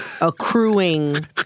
accruing